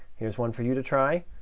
here's one for you to try.